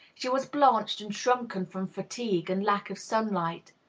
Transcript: she was blanched and shrunken from fatigue and lack of sunlight.